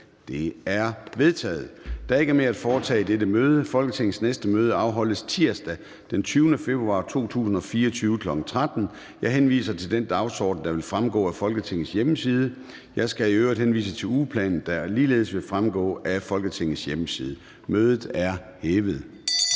Der er ikke mere at foretage i dette møde. Folketingets næste møde afholdes tirsdag den 20. februar 2024 kl. 13.00. Jeg henviser til den dagsorden, der vil fremgå af Folketingets hjemmeside. Jeg skal i øvrigt henvise til ugeplanen, der ligeledes vil fremgå af Folketingets hjemmeside. Mødet er hævet.